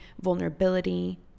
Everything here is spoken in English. vulnerability